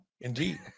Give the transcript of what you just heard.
indeed